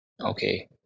Okay